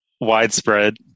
widespread